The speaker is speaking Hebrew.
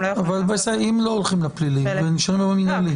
הם לא יוכלו --- אם לא הולכים לפלילי ונשארים עם המינהלי?